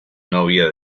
novia